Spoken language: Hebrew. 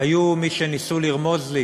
היו מי שניסו לרמוז לי